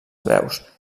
veus